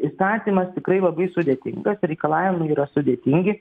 įstatymas tikrai labai sudėtingas reikalavimai yra sudėtingi